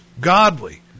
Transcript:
godly